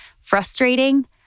frustrating